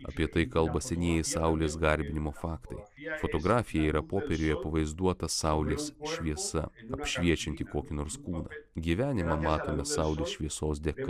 apie tai kalba senieji saulės garbinimo faktai fotografija yra popieriuje pavaizduota saulės šviesa apšviečiantį kokį nors kūną gyvenimą matome saulės šviesos dėka